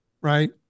Right